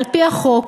על-פי החוק,